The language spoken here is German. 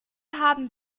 haben